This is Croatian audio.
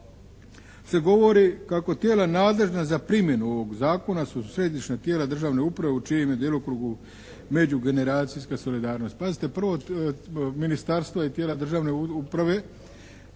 se govori kako tijela nadležna za primjenu ovog Zakona su središnja tijela državne uprave u čijem je djelokrugu međugeneracijska solidarnost. Pazite prvo ministarstva i tijela državne uprave